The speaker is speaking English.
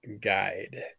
Guide